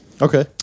Okay